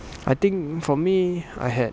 I think for me I had